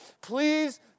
please